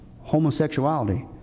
homosexuality